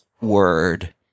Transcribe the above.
word